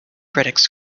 critics